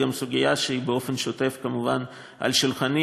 זאת גם סוגיה שהיא באופן שוטף כמובן על שולחני